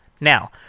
Now